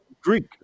Greek